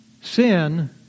Sin